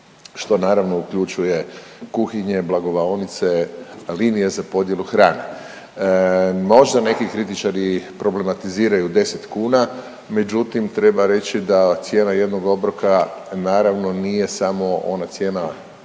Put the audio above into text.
što naravno uključuje kuhinje, blagavaonice, linije za podjelu hrane. Možda neki kritičari problematiziraju 10 kuna, međutim treba reći da cijena jednog obroka naravno nije samo ona cijena